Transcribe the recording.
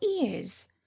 ears